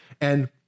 And-